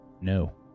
No